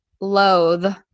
loathe